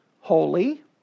holy